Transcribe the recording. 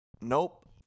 Nope